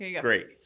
great